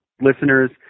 listeners